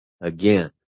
again